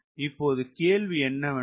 இப்போது கேள்வி என்னவென்றால்